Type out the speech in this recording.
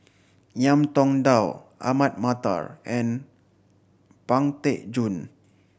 Ngiam Tong Dow Ahmad Mattar and Pang Teck Joon